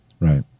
Right